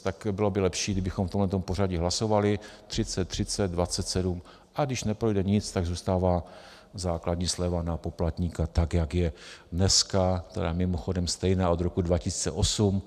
Tak bylo by lepší, kdybychom v tomto pořadí hlasovali: 30, 30, 27, a když neprojde nic, tak zůstává základní sleva na poplatníka tak, jak je dneska která je mimochodem stejná od roku 2008.